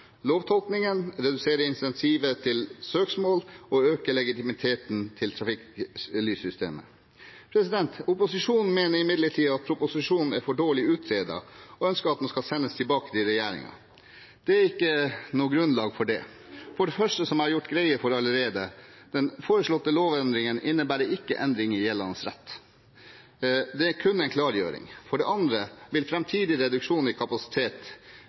lovtolkningen, redusere incentivet til søksmål og øke legitimiteten til trafikklyssystemet. Opposisjonen mener imidlertid at proposisjonen er for dårlig utredet, og ønsker at den skal sendes tilbake til regjeringen. Dette er det ikke grunnlag for. For det første, som jeg har gjort greie for allerede: Den foreslåtte lovendringen innebærer ikke en endring i gjeldende rett. Det er kun en klargjøring. For det andre vil framtidig reduksjon i kapasitet